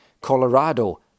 Colorado